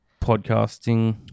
podcasting